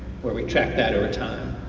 where we track that over time.